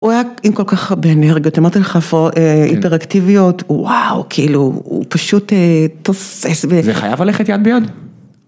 הוא היה עם כל כך הרבה אנרגיות, אמרתי לך הפרעות איפרקטיביות, וואו, כאילו, הוא פשוט תופס ו... זה חייב הלכת יד ביד.